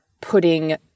Putting